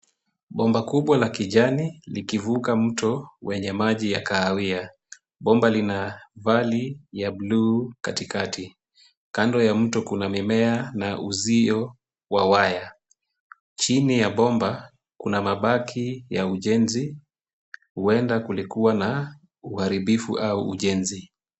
Bomba kubwa la kijani likivuka mto wenye maji ya kahawia. Bomba lina vali ya bluu katikati. Kando ya mto kuna mimea na uzio wa waya. Chini ya bomba kuna mabaki ya ujenzi huenda kulikuwa na uharibifu au ujenzi.